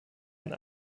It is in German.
ein